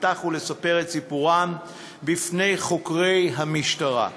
להיפתח ולספר את סיפורם בפני חוקרי המשטרה.